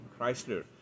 Chrysler